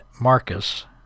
marcus